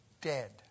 dead